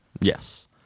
Yes